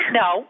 no